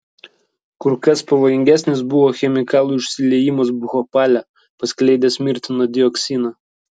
kur kas pavojingesnis buvo chemikalų išsiliejimas bhopale paskleidęs mirtiną dioksiną